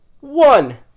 One